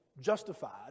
justified